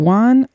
one